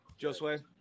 Josue